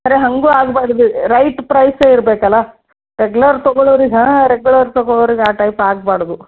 ಅರೇ ಹಾಗೂ ಆಗ್ಬಾರ್ದು ರೈಟ್ ಪ್ರೈಸೇ ಇರ್ಬೇಕಲ್ಲ ರೆಗ್ಲರ್ ತೊಗೊಳೋರಿಗೆ ಹಾಂ ರೆಗ್ಲರ್ ತೊಗೊಳೋರಿಗೆ ಆ ಟೈಪ್ ಆಗ್ಬಾರ್ದು